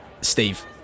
Steve